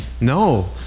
No